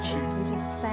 Jesus